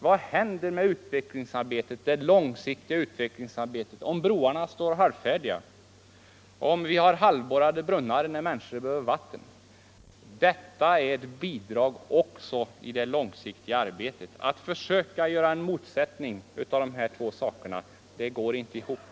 Vad händer med det långsiktiga utvecklingsarbetet i framtiden, om broarna står halvfärdiga, om det finns halvborrade brunnar när män Nr 142 niskorna behöver vatten? Det här är också ett bidrag i det långsiktiga Torsdagen den arbetet. Att försöka göra en motsättning av de här två hjälpformerna 12 december 1974 går inte ihop.